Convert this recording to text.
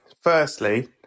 Firstly